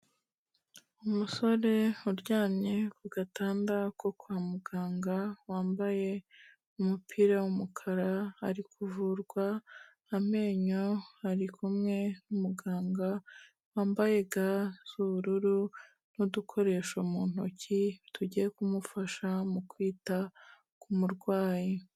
Umusore uryamye ku gatanda ko kwa muganga, wambaye umupira w'umukara, ari kuvurwa amenyo ari kumwe muganga wambaye ga z'ubururu n'udukoresho mu ntoki tugiye kumufasha mu kwita ku murwayi.